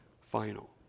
final